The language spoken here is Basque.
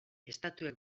estatuek